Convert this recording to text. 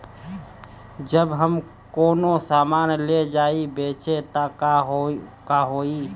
जब हम कौनो सामान ले जाई बेचे त का होही?